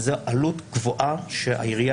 זאת עלות גבוהה שהעירייה